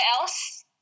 else